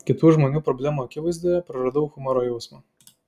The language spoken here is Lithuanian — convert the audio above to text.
kitų žmonių problemų akivaizdoje praradau humoro jausmą